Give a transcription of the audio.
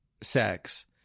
sex